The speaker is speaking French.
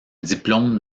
diplôme